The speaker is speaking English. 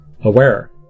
aware